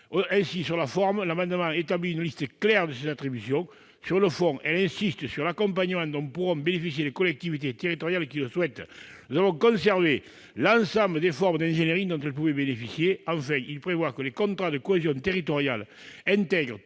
objet, sur la forme, d'établir une liste claire des attributions de l'ANCT, et, sur le fond, de mettre l'accent sur l'accompagnement dont pourront bénéficier les collectivités territoriales qui le souhaiteront. Nous avons conservé l'ensemble des formes d'ingénierie dont elles pourront bénéficier. Enfin, il est prévu que les contrats de cohésion territoriale intègrent